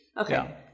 Okay